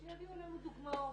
שיביאו לנו דוגמאות.